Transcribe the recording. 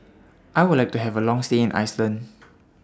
I Would like to Have A Long stay in Iceland